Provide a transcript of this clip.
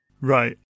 Right